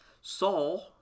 Saul